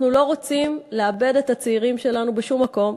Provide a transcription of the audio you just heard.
אנחנו לא רוצים לאבד את הצעירים שלנו בשום מקום,